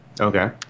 Okay